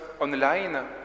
online